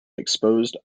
exposed